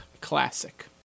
classic